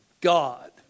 God